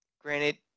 Granted